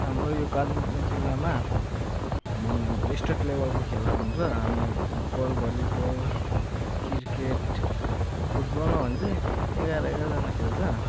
हाम्रो यो कालिम्पोङ जिल्लामा स्टेट लेभलको खेला हुन्छ अनि फुटबल भलिबल क्रिकेट फुटबलमा हो भने चाहिँ एघार एघारजना खेल्छ